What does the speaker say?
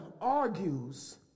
argues